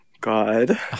God